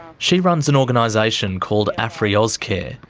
she runs and organisation called afri-aus care,